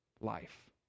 life